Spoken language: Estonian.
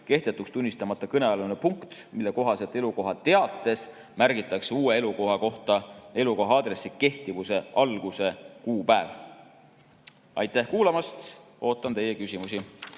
kehtetuks tunnistamata kõnealune punkt, mille kohaselt elukohateates märgitakse uue elukoha kohta elukoha aadressi kehtivuse alguse kuupäev. Aitäh kuulamast! Ootan teie küsimusi.